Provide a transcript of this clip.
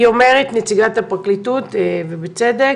היא אומרת נציגת הפרקליטות ובצדק,